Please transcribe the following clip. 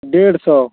डेढ़ सौ